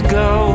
go